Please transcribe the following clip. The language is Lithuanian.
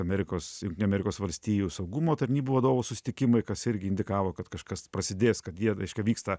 amerikos jungtinių amerikos valstijų saugumo tarnybų vadovų susitikimai kas irgi indikavo kad kažkas prasidės kad reiškia vyksta